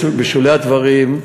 בשולי הדברים,